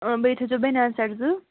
بیٚیہِ تھٲے زیو بنیان سٮ۪ٹ زٕ